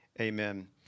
amen